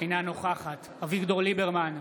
אינה נוכחת אביגדור ליברמן,